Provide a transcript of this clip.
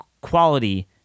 Quality